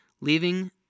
leaving